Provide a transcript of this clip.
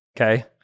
Okay